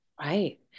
Right